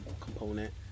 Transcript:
component